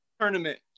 Tournament